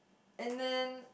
and then